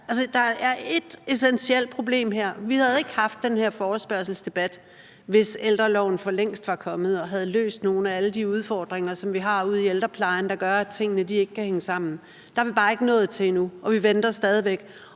der er ét essentielt problem her: Vi havde ikke haft den her forespørgselsdebat, hvis ældreloven for længst var kommet og havde løst nogle af alle de udfordringer, som vi har ude i ældreplejen, der gør, at tingene kan hænge sammen. Der er vi bare ikke nået til endnu, og vi venter stadig væk,